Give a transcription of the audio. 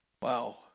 Wow